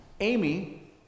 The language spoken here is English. Amy